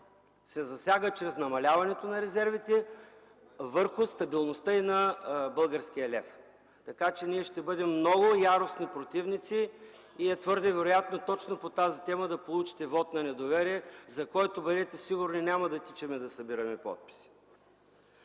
се засяга чрез намаляването на резервите, ще влияе върху стабилността и на българския лев. Ние ще бъдем много яростни противници и е твърде вероятно точно по тази тема да получите вот на недоверие, за който, бъдете сигурни, няма да тичаме да събираме подписи!